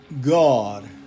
God